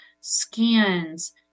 scans